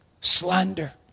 slander